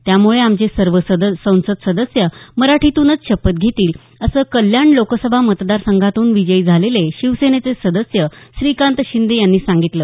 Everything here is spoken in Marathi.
त्यामुळे आमचे सर्व संसद सदस्य मराठीतूनच शपथ घेतील असं कल्याण लोकसभा मतदारसंघातून विजयी झालेले शिवसेनेचे सदस्य श्रीकांत शिंदे यांनी सांगितलं